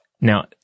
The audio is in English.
Now